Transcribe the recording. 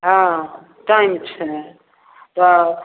हँ टाइम छै तऽ